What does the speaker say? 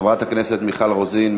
חברת הכנסת מיכל רוזין,